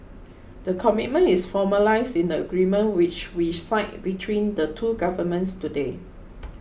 the commitment is formalised in the agreement which we signed between the two governments today